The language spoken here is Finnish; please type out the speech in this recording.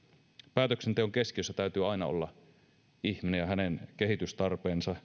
päätöksenteon keskiössä täytyy aina olla ihminen ja hänen kehitystarpeensa